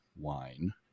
wine